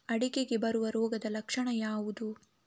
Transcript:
ಅಡಿಕೆಗೆ ಬರುವ ರೋಗದ ಲಕ್ಷಣ ಯಾವುದು?